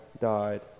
died